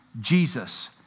Jesus